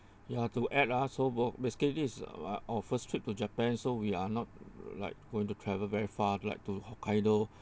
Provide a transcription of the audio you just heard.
ya to add ah so both basically is our first trip to japan so we are not like going to travel very far like to hokkaido